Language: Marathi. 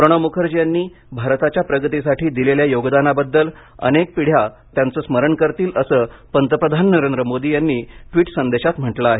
प्रणव मुखर्जी यांनी भारताच्या प्रगतीसाठी दिलेल्या योगदानाबद्दल अनेक पिढ्या त्यांचं स्मरण करतील असं पंतप्रधान नरेंद्र मोदी यांनी ट्विट संदेशात म्हटलं आहे